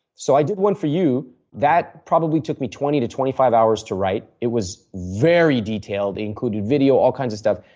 so, i did one for you that probably took me twenty to twenty five hours to write. it was very detailed. it included video, all kinds of stuff,